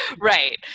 Right